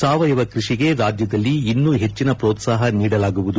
ಸಾವಯವ ಕೃಷಿಗೆ ರಾಜ್ಯದಲ್ಲಿ ಇನ್ನೂ ಹೆಚ್ಚಿನ ಮ್ರೋತ್ಸಾಹ ನೀಡಲಾಗುವುದು